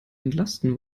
entlasten